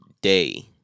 day